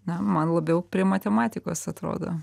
na man labiau prie matematikos atrodo